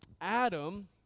Adam